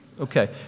Okay